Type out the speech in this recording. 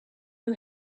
who